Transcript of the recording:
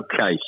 Okay